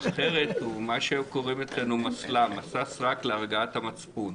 אחרת הוא מה שקוראים אצלנו מסל"מ מסע סרק להרגעת המצפון.